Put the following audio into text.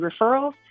referrals